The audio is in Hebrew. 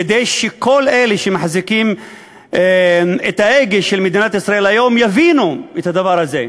כדי שכל אלה שמחזיקים את ההגה של מדינת ישראל היום יבינו את הדבר הזה.